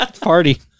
Party